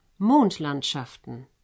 Mondlandschaften